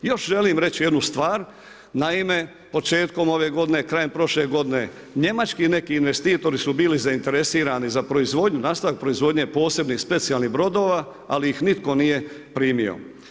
Još želim reći jednu stvar, naime, početkom ove godine, krajem prošle godine njemački neki investitori su bili zainteresirani za proizvodnju, nastavak proizvodnje posebnih, specijalnih brodova ali ih nitko nije primio.